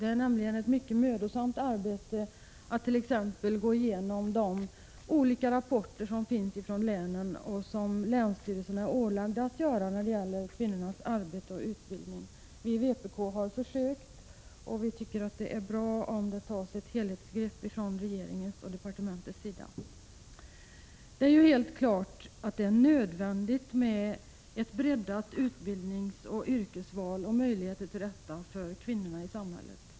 Det är nämligen ett mycket mödosamt arbete att t.ex. gå igenom de olika rapporter som finns från länen och som länsstyrelsen är ålagd att göra när det gäller kvinnornas arbete och utbildning. Vi i vpk har försökt, och vi tycker att det är bra om det tas ett helhetsgrepp från regeringens och departementets sida. Det är helt klart att det är nödvändigt med ett breddat utbildningsoch yrkesval och ökade möjligheter till detta för kvinnorna i samhället.